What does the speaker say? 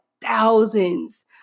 thousands